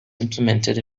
implemented